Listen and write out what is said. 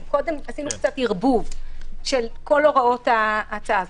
קודם עשינו קצת ערבוב של כל הוראות ההצעה הזאת.